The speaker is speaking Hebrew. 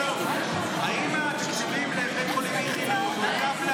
הדברים הקשורים לבית החולים איכילוב וקפלן